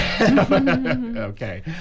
Okay